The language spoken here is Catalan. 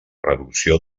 reducció